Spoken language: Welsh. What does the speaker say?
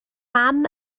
mam